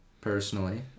Personally